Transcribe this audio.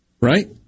right